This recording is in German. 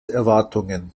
erwartungen